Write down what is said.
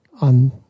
on